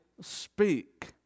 speak